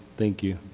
thank you.